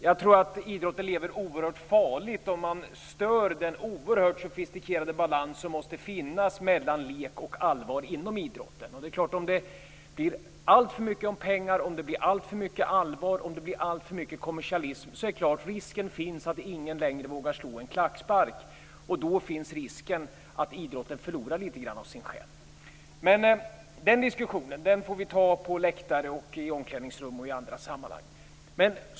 Jag tror att idrotten lever oerhört farligt om man stör den sofistikerade balans som måste finnas mellan lek och allvar inom idrotten. Om det blir alltför mycket pengar, alltför mycket allvar och alltför mycket kommersialism finns risken att ingen längre vågar slå en klackspark. Då finns risken att idrotten förlorar litet grand av sin själ. Den diskussionen får vi ta på läktare, i omklädningsrum och i andra sammanhang.